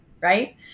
right